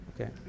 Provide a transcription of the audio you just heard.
Okay